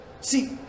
See